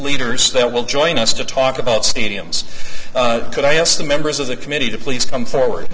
leaders that will join us to talk about stadiums could i ask the members of the committee to please come forward